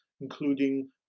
including